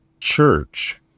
church